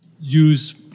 use